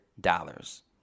dollars